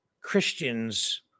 Christians